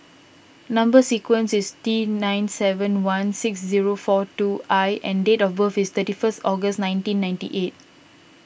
Number Sequence is T nine seven one six zero four two I and date of birth is thirty first August nineteen ninety eight